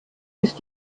ist